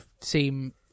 seem